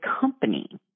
company